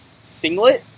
singlet